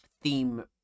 theme